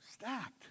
Stacked